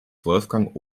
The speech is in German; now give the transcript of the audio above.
wolfgang